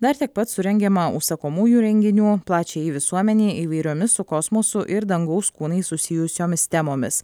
dar tiek pat surengiama užsakomųjų renginių plačiajai visuomenei įvairiomis su kosmosu ir dangaus kūnais susijusiomis temomis